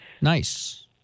Nice